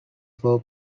for